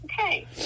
okay